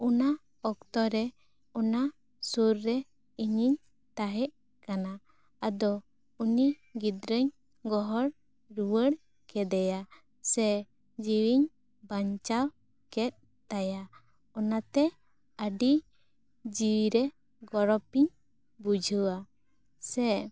ᱚᱱᱟ ᱚᱠᱛᱚ ᱨᱮ ᱚᱱᱟ ᱥᱩᱨ ᱨᱮ ᱤᱧᱤᱧ ᱛᱟᱦᱮᱸᱜ ᱠᱟᱱᱟ ᱟᱫᱚ ᱩᱱᱤ ᱜᱤᱫᱽᱨᱟᱹᱧ ᱜᱚᱦᱚᱲ ᱨᱩᱣᱟᱹᱲ ᱠᱮᱫᱮᱭᱟ ᱥᱮ ᱡᱤᱣᱤᱧ ᱵᱟᱧᱪᱟᱣ ᱠᱮᱫ ᱛᱟᱭᱟ ᱚᱱᱟᱛᱮ ᱟᱹᱰᱤ ᱡᱤᱣᱤ ᱨᱮ ᱜᱚᱨᱚᱵᱤᱧ ᱵᱩᱡᱷᱟᱹᱣᱟ ᱥᱮ